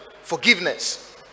forgiveness